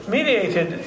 Mediated